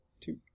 Two